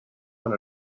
one